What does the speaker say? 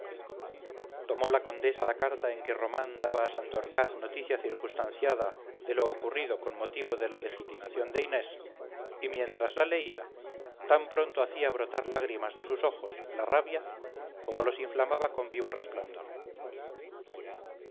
tomó la condesa la carta en que román daba a santorcaz noticia circunstanciada de lo ocurrido con motivo de la legitimación de inés y mientras la leía tan pronto hacía brotar lágrimas de sus ojos la rabia como los inflamaba con vivo resplandor ya